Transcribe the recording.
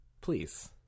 please